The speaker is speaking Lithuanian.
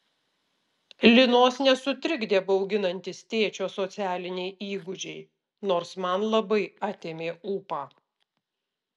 linos nesutrikdė bauginantys tėčio socialiniai įgūdžiai nors man labai atėmė ūpą